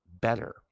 better